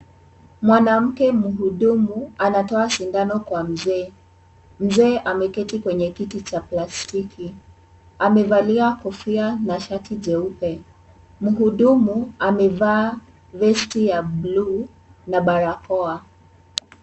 Mwanamke mhudumu anatoa sindano kwa mzee. Mzee ameketi kwenye kiti cha plastiki. Amevalia kofia nashati jeupe. Mhudumu amevaa vesti ya buluu na barakoa.